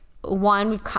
one